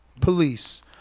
police